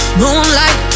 moonlight